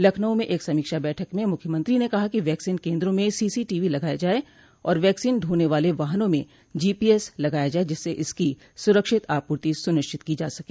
लखनऊ में एक समीक्षा बैठक में मुख्यमंत्री ने कहा कि वैक्सीन केन्द्रों में सीसी टीवी लगाये जाये और वैक्सीन ढोने वाले वाहनों में जीपीएस लगाया जाये जिससे इसकी सुरक्षित आपूर्ति सुनिश्चित की जा सके